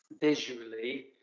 visually